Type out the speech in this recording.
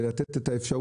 על מנת לתת את האפשרות,